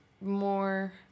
more